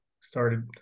started